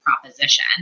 proposition